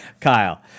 Kyle